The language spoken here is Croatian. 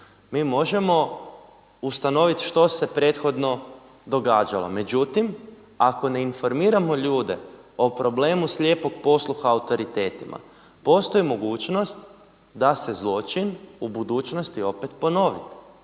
mi možemo ustanovit što se prethodno događalo. Međutim, ako ne informiramo ljude o problemu slijepog posluha autoritetima postoji mogućnost da se zločin u budućnosti opet ponovi